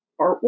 artwork